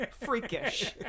freakish